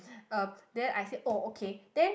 um then I said oh okay then